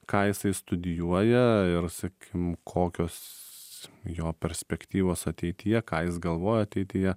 ką jisai studijuoja ir sakim kokios jo perspektyvos ateityje ką jis galvoja ateityje